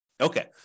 Okay